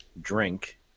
drink